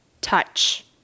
touch